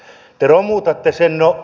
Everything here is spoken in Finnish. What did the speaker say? te romutatte sen